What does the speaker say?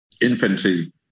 infantry